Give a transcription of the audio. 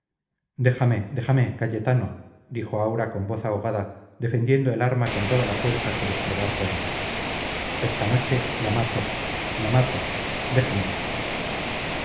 déjame déjame cayetano dijo aura con voz ahogada defendiendo el arma con toda la fuerza que desplegar podía esta noche la mato la mato déjame